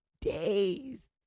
days